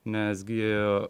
nes gi